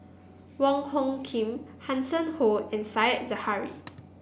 Wong Hung Khim Hanson Ho and Said Zahari